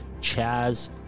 Chaz